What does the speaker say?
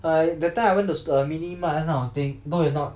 err that time I went to su~ a minimart kind of thing though it's not